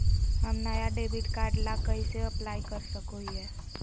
हम नया debit card ला कइसे अप्लाई कर सको हियै?